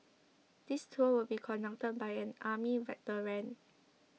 this tour will be conducted by an army veteran